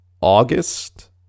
August